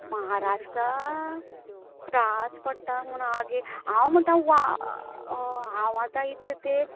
म्हाराष्ट्रा त्रास पडटा म्हुणू आगे हांव म्हणटा वा हांव आतां इतलो तेप